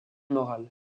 morale